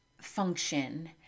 function